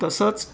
तसंच